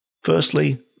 Firstly